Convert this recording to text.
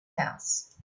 house